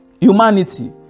humanity